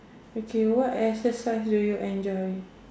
okay what exercise do you enjoy